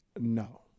No